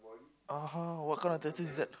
uh-huh what kind of tattoos is that